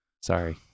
Sorry